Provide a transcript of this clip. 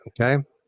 Okay